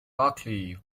buckley